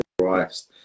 Christ